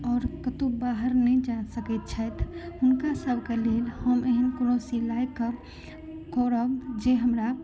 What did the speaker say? आओर कतहु बाहर नहि जा सकैत छथि हुनका सभके लेल हम एहन कोनो सिलाइके करब जे हमरा